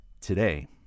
Today